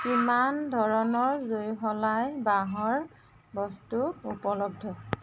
কিমান ধৰণৰ জুইশলা বাঁহৰ বস্তু উপলব্ধ